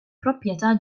proprjetà